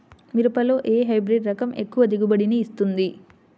మిరపలో ఏ హైబ్రిడ్ రకం ఎక్కువ దిగుబడిని ఇస్తుంది?